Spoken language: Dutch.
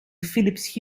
philips